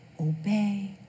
obey